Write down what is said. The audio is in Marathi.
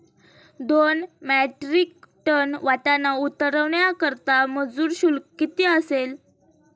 दोन मेट्रिक टन वाटाणा उतरवण्याकरता मजूर शुल्क किती असेल?